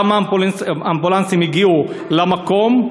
כמה אמבולנסים הגיעו למקום.